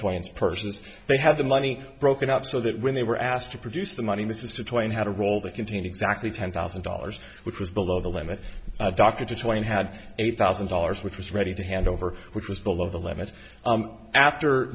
twain's persons they have the money broken up so that when they were asked to produce the money this is to twain had a role that contained exactly ten thousand dollars which was below the limit docketed twain had eight thousand dollars which was ready to hand over which was below the limit after